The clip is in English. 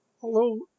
Hello